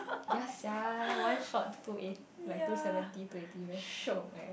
yea sia one shot two eight like two seventy two eighty very shiok eh